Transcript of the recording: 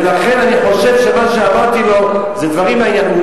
ולכן אני חושב שמה שאמרתי לו זה דברים לעניין.